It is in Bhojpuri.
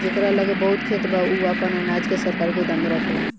जेकरा लगे बहुत खेत बा उ आपन अनाज के सरकारी गोदाम में रखेला